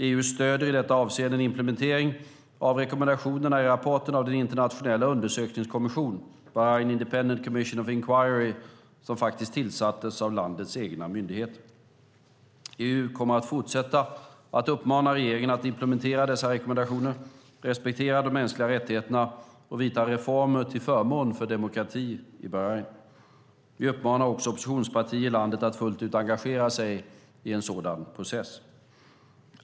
EU stöder i detta avseende en implementering av rekommendationerna i rapporten av den internationella undersökningskommission, Bahrain Independent Commission of Inquiry , som tillsattes av landets egna myndigheter. EU kommer att fortsätta att uppmana regeringen att implementera dessa rekommendationer, respektera de mänskliga rättigheterna och vidta reformer till förmån för demokrati i Bahrain. Vi uppmanar också oppositionspartier i landet att fullt ut engagera sig i en sådan process.